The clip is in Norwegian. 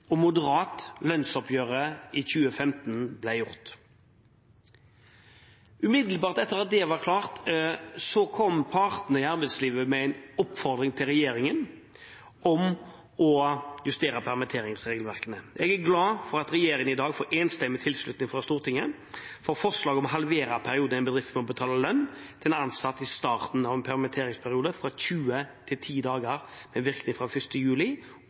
og moderat lønnsoppgjøret i 2015 ble gjort. Umiddelbart etter at det var klart, kom partene i arbeidslivet med en oppfordring til regjeringen om å justere permitteringsregelverket. Jeg er glad for at regjeringen i dag får enstemmig tilslutning fra Stortinget for forslaget om å halvere perioden en bedrift må betale lønn til en ansatt i starten av en permitteringsperiode fra 20 til 10 dager med virkning fra 1. juli,